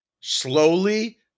Slowly